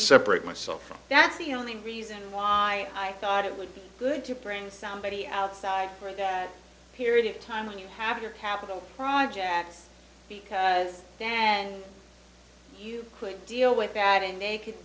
separate myself from that's the only reason why i thought it would be good to bring somebody outside for that period of time when you have your capital projects because then you could deal with that and they c